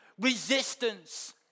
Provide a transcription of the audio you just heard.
Resistance